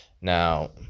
now